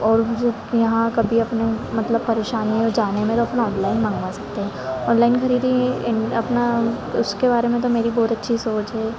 और जो यहाँ कभी अपने मतलब परेशानी हो जाने में तो अपन ओनलाइन मंगा सकते हैं ओनलाइन खरीदी ये अपना उसके बारे में तो मेरी बहुत अच्छी सोच है